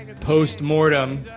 post-mortem